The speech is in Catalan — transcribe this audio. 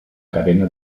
cadena